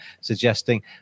suggesting